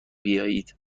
بیایید